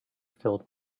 filled